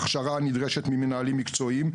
הכשרה שנדרשת ממנהלים מקצועיים,